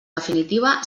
definitiva